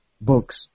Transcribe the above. books